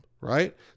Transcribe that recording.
right